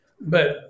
But-